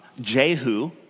Jehu